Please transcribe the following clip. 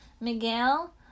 Miguel